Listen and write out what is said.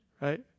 Right